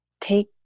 take